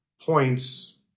points